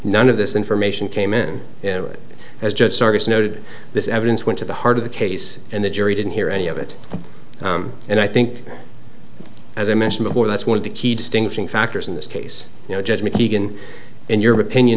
none of this information came in and it has just started noted this evidence went to the heart of the case and the jury didn't hear any of it and i think as i mentioned before that's one of the key distinguishing factors in this case you know judge me keegan in your opinion